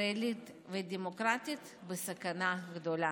הישראלית והדמוקרטית בסכנה גדולה.